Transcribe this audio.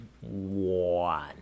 one